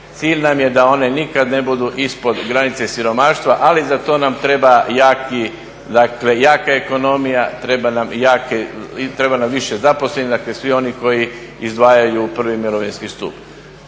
Cilj nam je da one nikad ne budu ispod granice siromaštva, ali za to nam treba jaki, dakle jaka ekonomija, treba nam više zaposlenih. Dakle, svi oni koji izdvajaju u prvi mirovinski stup.